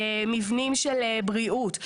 מבנים של בריאות,